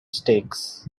stakes